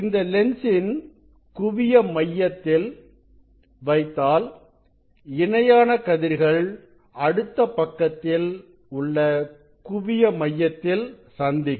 இந்த லென்சின் குவிய மையத்தில்வைத்தாள் இணையான கதிர்கள் அடுத்த பக்கத்தில் உள்ள குவிய மையத்தில் சந்திக்கும்